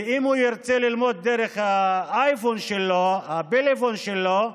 אם הוא ירצה ללמוד דרך האייפון שלו, הפלאפון שלו,